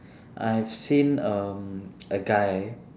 I've seen um a guy